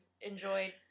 enjoyed